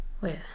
wait